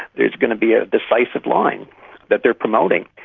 there's going to be a decisive line that they are promoting.